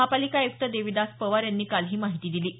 महापालिका आयुक्त देविदासराव पवार यांनी काल ही माहिती दिली